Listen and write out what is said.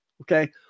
Okay